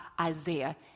Isaiah